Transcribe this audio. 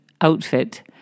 outfit